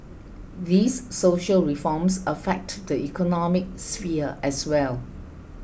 these social reforms affect the economic sphere as well